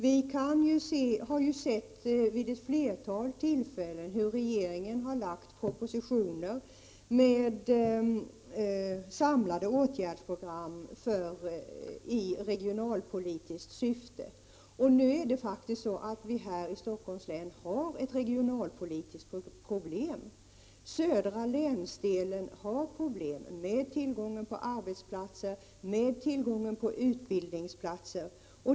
Vi har sett vid ett flertal tillfällen hur regeringen lagt fram propositioner med samlade åtgärdsprogram i regionalpolitiskt syfte. Nu är det faktiskt så att vi i Stockholms län har ett regionalpolitiskt problem. Södra länsdelen har problem med tillgången på arbetsplatser, med tillgången på utbildningsplatser.